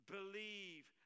Believe